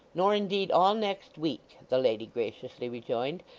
nor indeed all next week the lady graciously rejoined,